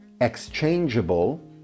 exchangeable